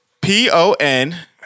P-O-N